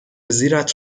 زیرت